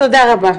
תודה רבה.